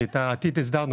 כי את העתיד כבר הסדרנו.